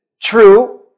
True